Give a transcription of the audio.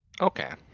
Okay